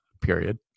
Period